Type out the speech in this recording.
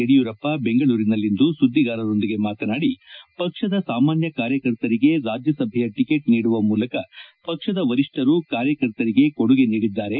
ಯಡಿಯೂರಪ್ಪ ಬೆಂಗಳೂರಿನಲ್ಲಿಂದು ಸುದ್ದಿಗಾರರೊಂದಿಗೆ ಮಾತನಾಡಿ ಪಕ್ಷದ ಸಾಮಾನ್ಯ ಕಾರ್ಯಕರ್ತರಿಗೆ ರಾಜ್ಞಸಭೆಯ ಟಿಕೆಟ್ ನೀಡುವ ಮೂಲಕ ಪಕ್ಷದ ವರಿಷ್ಠರು ಕಾರ್ಯಕರ್ತರಿಗೆ ಕೊಡುಗೆ ನೀಡಿದ್ದಾರೆ